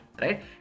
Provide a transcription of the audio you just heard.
right